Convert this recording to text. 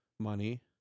money